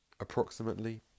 approximately